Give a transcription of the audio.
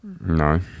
No